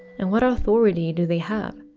and what authority do they have?